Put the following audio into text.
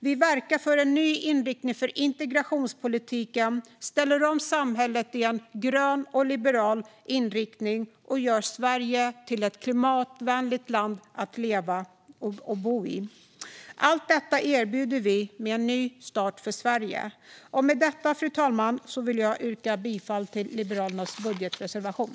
Vi verkar för en ny inriktning på integrationspolitiken, ställer om samhället i en grön och liberal inriktning och gör Sverige till ett klimatvänligt land att leva och bo i. Allt detta erbjuder vi med en ny start för Sverige. Med detta, fru talman, vill jag yrka bifall till Liberalernas budgetreservation.